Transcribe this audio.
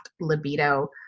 libido